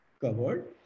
covered